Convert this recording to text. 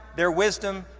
their wisdom,